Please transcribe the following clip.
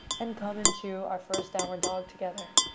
and come into our first downward dog together.